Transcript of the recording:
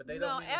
no